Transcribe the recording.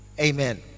amen